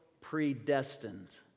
predestined